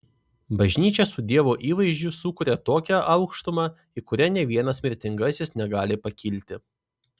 bažnyčia su dievo įvaizdžiu sukuria tokią aukštumą į kurią nė vienas mirtingasis negali pakilti